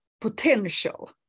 potential